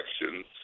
elections